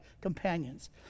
companions